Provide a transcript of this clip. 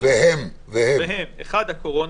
והן --- האחת, הקורונה.